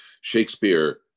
Shakespeare